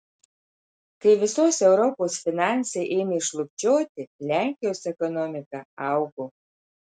kai visos europos finansai ėmė šlubčioti lenkijos ekonomika augo